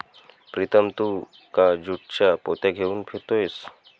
प्रीतम तू का ज्यूटच्या पोत्या घेऊन फिरतोयस